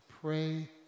pray